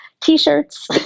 T-shirts